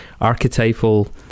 archetypal